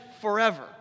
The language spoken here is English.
forever